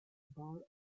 bar